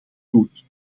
goed